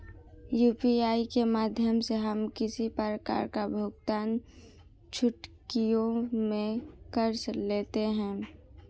UPI के माध्यम से हम किसी प्रकार का भुगतान चुटकियों में कर लेते हैं